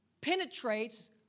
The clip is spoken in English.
penetrates